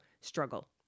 struggle